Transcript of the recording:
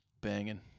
banging